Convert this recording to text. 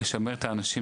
לשמר את האנשים,